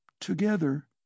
together